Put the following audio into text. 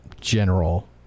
general